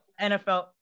NFL